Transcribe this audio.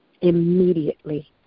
immediately